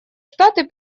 штаты